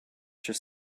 just